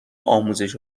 آموزش